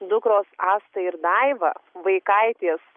dukros asta ir daiva vaikaitės